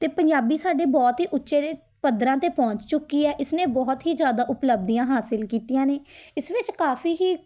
ਅਤੇ ਪੰਜਾਬੀ ਸਾਡੇ ਬਹੁਤ ਹੀ ਉੱਚੇ ਜੇ ਪੱਧਰਾਂ 'ਤੇ ਪਹੁੰਚ ਚੁੱਕੀ ਹੈ ਇਸ ਨੇ ਬਹੁਤ ਹੀ ਜ਼ਿਆਦਾ ਉਪਲੱਬਧੀਆਂ ਹਾਸਿਲ ਕੀਤੀਆਂ ਨੇ ਇਸ ਵਿੱਚ ਕਾਫ਼ੀ ਹੀ